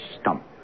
stump